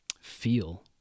feel